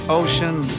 ocean